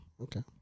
okay